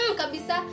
kabisa